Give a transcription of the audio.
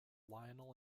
lionel